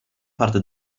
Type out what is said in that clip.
parte